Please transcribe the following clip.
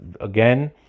again